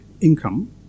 income